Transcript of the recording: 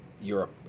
Europe